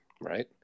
right